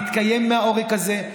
להתקיים מהעורק הזה,